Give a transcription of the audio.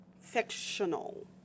fictional